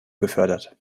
gefördert